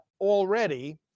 already